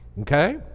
Okay